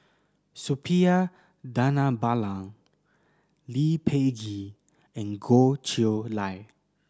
Suppiah Dhanabalan Lee Peh Gee and Goh Chiew Lye